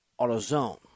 AutoZone